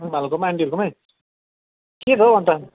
भालुखोपमा आन्टीहरूकोमै के छ हौ अन्त